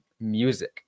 Music